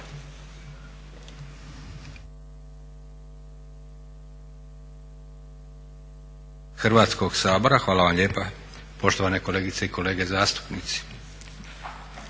Hrvatskog sabora. Hvala vam lijepa. Poštovane kolegice i kolege zastupnici.